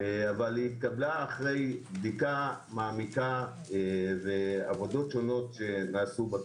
אך התקבלה אחרי בדיקה מעמיקה ועבודות שונות שנעשו בתחום.